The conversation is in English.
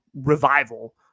revival